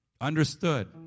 understood